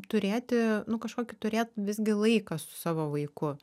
turėti kažkokį turėt visgi laiką su savo vaiku